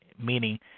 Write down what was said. meaning